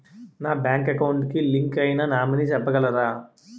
నా bank account కి link అయినా నామినీ చెప్పగలరా?